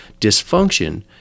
Dysfunction